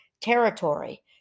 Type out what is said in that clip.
territory